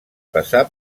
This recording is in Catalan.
passar